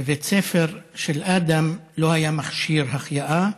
בבית ספר של אדם לא היה מכשיר החייאה,